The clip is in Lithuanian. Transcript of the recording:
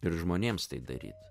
ir žmonėms tai daryt